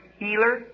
healer